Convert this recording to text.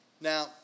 Now